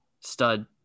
stud